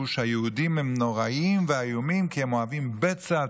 שהיהודים הם נוראים ואיומים כי הם אוהבי בצע,